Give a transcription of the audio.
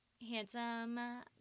handsome